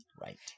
Right